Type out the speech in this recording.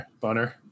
Boner